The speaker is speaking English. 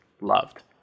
loved